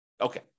Okay